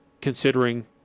considering